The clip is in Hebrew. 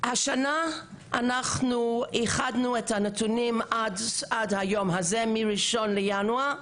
השנה אנחנו איחדנו את הנתונים עד היום הזה מראשון לינואר.